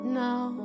now